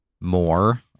more